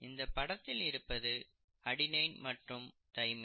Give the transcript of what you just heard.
இந்த படத்தில் இருப்பது அடெனின் மற்றும் தைமைன்